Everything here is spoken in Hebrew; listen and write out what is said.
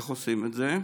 איך עושים את זה?